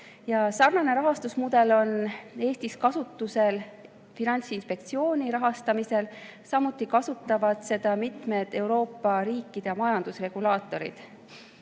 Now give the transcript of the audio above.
Sarnane rahastusmudel on Eestis kasutusel Finantsinspektsiooni rahastamisel, samuti kasutavad seda mitmed Euroopa riikide majandusregulaatorid.